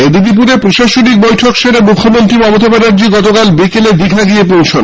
মেদিনীপুরে প্রশাসনিক বৈঠক সেরে মুখ্যমন্ত্রী মমতা ব্যানার্জী গতকাল বিকেলে দীঘা গিয়ে পৌঁছান